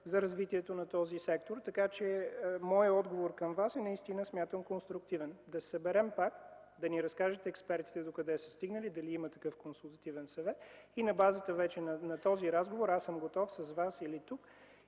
за развитието на този сектор. Така че моят отговор към Вас е, наистина смятам, конструктивен – да се съберем пак, да ни разкажат експертите докъде са стигнали, дали да има такъв консултативен съвет и на базата вече на този разговор аз съм готов с Вас или тук,